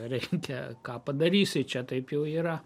reikia ką padarysi čia taip jau yra